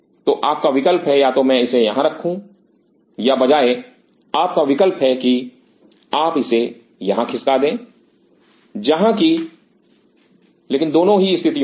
तो आपका विकल्प है या तो मैं इसे यहां रखूं या बजाय आपका विकल्प है कि आप इसे यहां खिसका दें जहां की लेकिन दोनों ही स्थितियों में